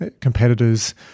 competitors